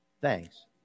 Thanks